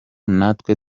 natwe